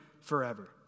forever